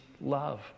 love